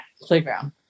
playground